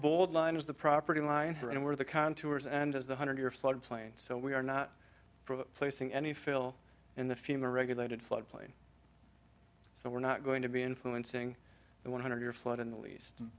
bold line is the property line where the contours and as the hundred year flood plain so we are not placing any fill in the femur regulated floodplain so we're not going to be influencing the one hundred year flood in the least a